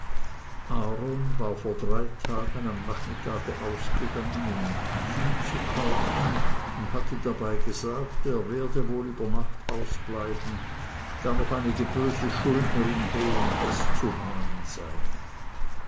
war vor drei tagen am nachmittage ausgegangen um vieh zu kaufen und hatte dabei gesagt er werde wohl über nacht ausbleiben da noch einige böse schuldner in b und s zu mahnen seien